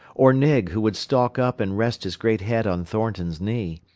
or nig, who would stalk up and rest his great head on thornton's knee,